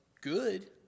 good